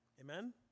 Amen